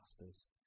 masters